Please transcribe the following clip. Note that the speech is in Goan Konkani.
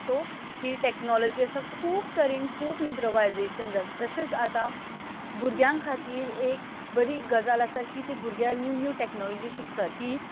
सो ही टॅक्नोलॉजी आसा खूब तरेन खूब इम्प्रोवायजेशन जाल्या तशेंच आतां भुरग्यां खातीर एक बरी गजाल आसा की ती भुरग्यां नीव नीव टॅक्नोलॉजी शिकता ती